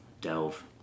delve